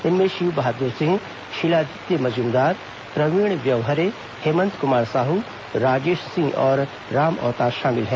इनमें शिव बहादुर सिंह शिलादित्य मजूमदार प्रवीण व्यवहरे हेमंत कुमार साहू राजेश सिंह और राम अवतार शामिल हैं